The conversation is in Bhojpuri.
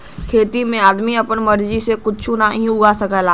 खेती में आदमी आपन मर्जी से कुच्छो नाहीं उगा सकला